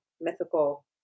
mythical